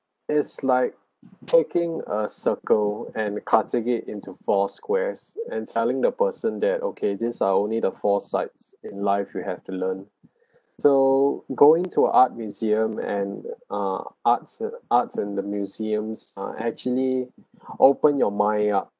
it's like taking a circle and cut to get into four squares and telling the person that okay these are only the four sides in life you have to learn so going to art museum and ah arts a~ arts and the museums are actually open your mind up